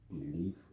belief